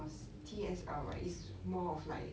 cause T_S_L right it's more of like